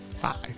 Five